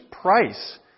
price